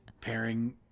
pairing